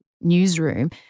newsroom